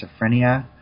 schizophrenia